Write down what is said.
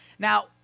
Now